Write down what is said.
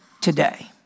today